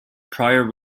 prior